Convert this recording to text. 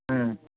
ம்